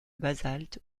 basalte